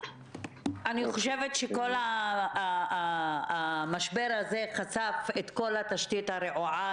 אני חושבת שהמשבר הזה חשף את כל התשתית הרעועה